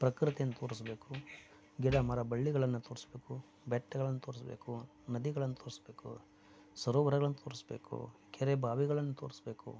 ಪ್ರಕೃತಿಯನ್ನು ತೋರಿಸಬೇಕು ಗಿಡ ಮರ ಬಳ್ಳಿಗಳನ್ನು ತೋರಿಸ್ಬೇಕು ಬೆಟ್ಟಗಳನ್ನು ತೋರಿಸ್ಬೇಕು ನದಿಗಳನ್ನು ತೋರಿಸ್ಬೇಕು ಸರೋವರಗಳನ್ನು ತೋರಿಸ್ಬೇಕು ಕೆರೆ ಬಾವಿಗಳನ್ನು ತೋರಿಸ್ಬೇಕು